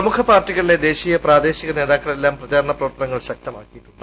പ്രമുഖ പാർട്ടികളിലെ ദേശീയ പ്രാദേശിക നേതാക്കളെല്ലാം പ്രചാരണ പ്രവർത്തനങ്ങൾ ശക്തമാക്കിയിട്ടുണ്ട്